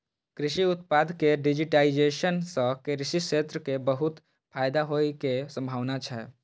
कृषि उत्पाद के डिजिटाइजेशन सं कृषि क्षेत्र कें बहुत फायदा होइ के संभावना छै